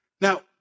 Now